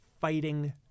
fighting